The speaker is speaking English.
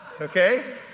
Okay